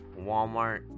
Walmart